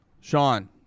Sean